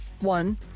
one